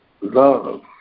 love